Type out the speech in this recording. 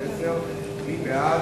בבעלי-חיים), התש"ע 2010. מי בעד?